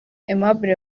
aimable